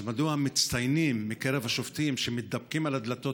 אז מדוע מצטיינים מקרב השופטים שמתדפקים על הדלתות